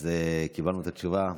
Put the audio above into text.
אז קיבלנו את התשובה.